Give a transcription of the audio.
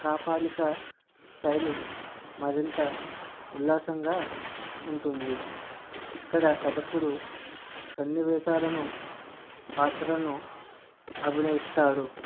కాపాలిక శైలి మరింత ఉల్లాసంగా ఉంటుంది ఇక్కడ కథకుడు సన్నివేశాలను పాత్రలను అభినయిస్తాడు